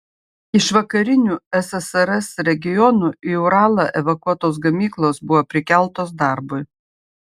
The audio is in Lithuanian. iš vakarinių ssrs regionų į uralą evakuotos gamyklos buvo prikeltos darbui